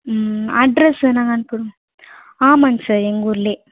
address என்னாங்க ஆமாங் sir எங்கூரில்